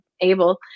able